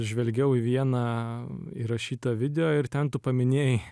žvelgiau į vieną įrašytą video ir ten tu paminėjai